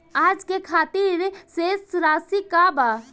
आज के खातिर शेष राशि का बा?